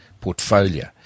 portfolio